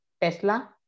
Tesla